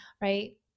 right